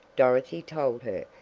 dorothy told her,